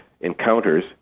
encounters